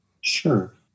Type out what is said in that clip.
Sure